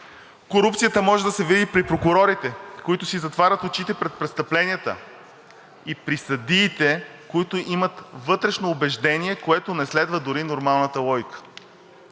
Корупцията може да се види при прокурорите, които си затварят очите пред престъпленията, и при съдиите, които имат вътрешно убеждение, което не следва дори нормалната логика.